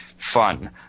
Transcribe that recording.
fun